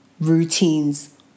routines